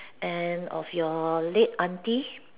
and of your late auntie